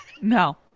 No